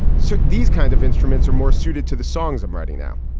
so these kinds of instruments are more suited to the songs i'm writing now